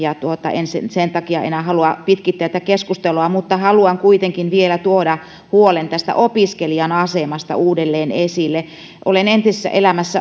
en sen sen takia enää halua pitkittää tätä keskustelua mutta haluan kuitenkin vielä tuoda huolen tästä opiskelijan asemasta uudelleen esille olen entisessä elämässäni